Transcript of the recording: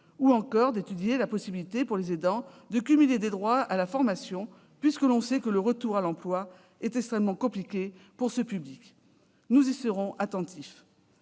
ou encore à la faculté, pour les aidants, de cumuler des droits à la formation : on sait que le retour à l'emploi est extrêmement compliqué pour ce public. Nous serons attentifs